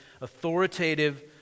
authoritative